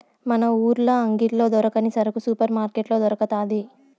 మన ఊర్ల అంగిల్లో దొరకని సరుకు సూపర్ మార్కట్లో దొరకతాది